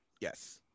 Yes